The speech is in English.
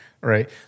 Right